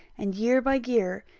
and year by year,